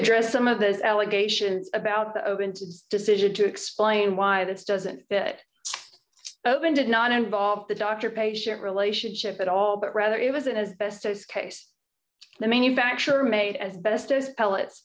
address some of those allegations about the open to decision to explain why this doesn't that open did not involve the doctor patient relationship at all but rather it wasn't as best as case the manufacturer made as best as pellets